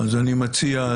אני מציע,